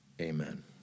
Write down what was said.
Amen